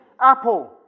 Apple